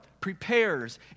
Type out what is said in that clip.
prepares